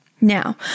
Now